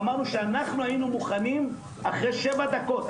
אמרנו שאנחנו היינו מוכנים אחרי 7 דקות.